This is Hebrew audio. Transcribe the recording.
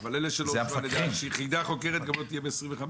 אבל יחידה חוקרת לא תהיה גם ב-2025.